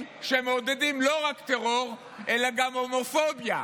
שמעודדים לא רק טרור אלא גם הומופוביה,